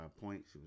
points